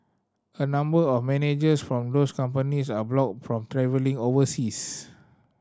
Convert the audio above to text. a number of managers from those companies are blocked from travelling overseas